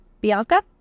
Bianca